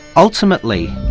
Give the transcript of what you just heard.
ultimately,